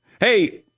Hey